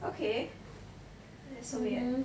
okay that's so weird